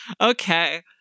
okay